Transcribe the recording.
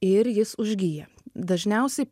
ir jis užgyja dažniausiai